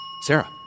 Sarah